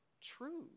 true